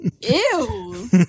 Ew